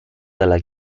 dalla